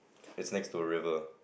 it's next to a river